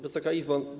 Wysoka Izbo!